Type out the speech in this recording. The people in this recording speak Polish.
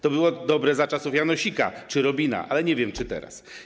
To było dobre za czasów Janosika czy Robina, ale nie wiem, czy teraz.